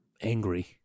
angry